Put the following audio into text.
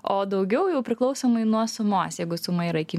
o daugiau jau priklausomai nuo sumos jeigu suma yra iki